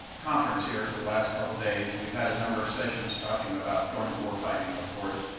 conference here for the last couple of days, we've had a number of sessions talking about joint war fighting of course,